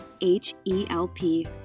H-E-L-P